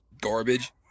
garbage